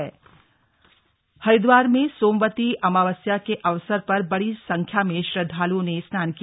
मौनी स्नान हरिद्वार में सोमवती अमावस्या के अवसर पर बड़ी संख्या में श्रद्वाल्ओं ने स्नान किया